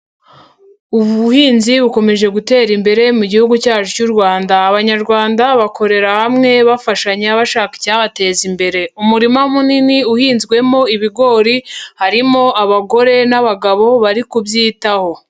Ubuhinzi bukomeje gutera imbere mu gihugu cyacu cy'u Rwanda. Abanyarwanda bakorera hamwe bafashanya bashaka icyabateza imbere. Umurima munini uhinzwemo ibigori, harimo abagore n'abagabo bari kubyitaho.